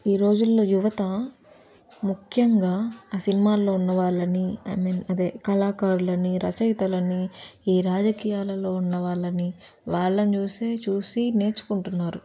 ఈ రోజుల్లో యువత ముఖ్యంగా ఆ సినిమాల్లో ఉన్నవాళ్ళని ఐ మీన్ అదే కళాకారులని రచయితలని ఈ రాయకీయాల్లో ఉన్నవాళ్ళని వాళ్ళని చూసే చూసి నేర్చుకుంటున్నారు